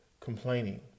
complaining